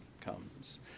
comes